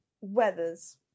weathers